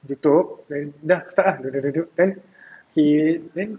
tutup then ya start ah then he then